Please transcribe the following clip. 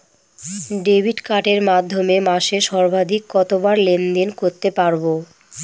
Debit কার্ডের মাধ্যমে মাসে সর্বাধিক কতবার লেনদেন করতে পারবো?